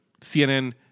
CNN